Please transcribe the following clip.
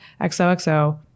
XOXO